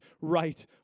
right